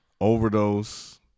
Overdose